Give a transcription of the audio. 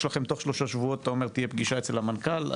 יש לכם תוך שלושה שבועות תהיה פגישה אצל המנכ"ל.